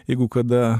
jeigu kada